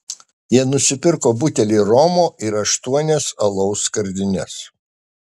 jie nusipirko butelį romo ir aštuonias alaus skardines